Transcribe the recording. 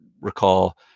recall